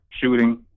shooting